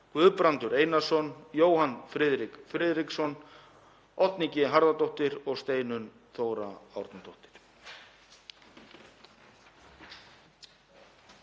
Guðbrandur Einarsson, Jóhann Friðrik Friðriksson, Oddný G. Harðardóttir og Steinunn Þóra Árnadóttir.